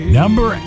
number